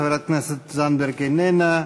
חברת הכנסת זנדברג, איננה,